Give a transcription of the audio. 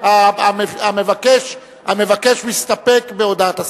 המבקש מסתפק בהודעת השר.